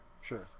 Sure